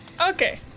Okay